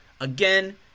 Again